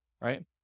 Right